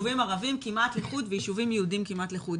יישובים ערבים כמעט לחוד ויישובים יהודים כמעט לחוד.